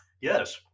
Yes